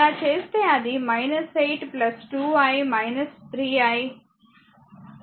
అలా చేస్తే అది 8 2 i 3 i 0 అంటే 8 i i 8 ఆంపియర్